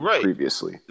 previously